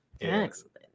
Excellent